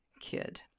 kid